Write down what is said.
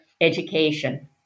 education